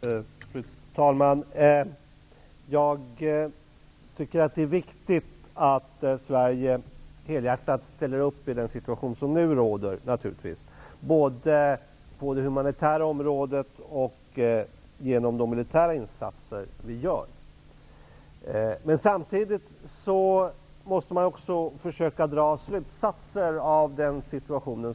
Fru talman! Jag tycker naturligtvis att det är viktigt att Sverige helhjärtat ställer upp i den situation som nu råder, både på det humanitära området och genom de militära insatser som vi gör. Samtidigt måste man också dra slutsatser av den rådande situationen